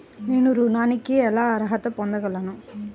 నేను ఋణానికి ఎలా అర్హత పొందగలను?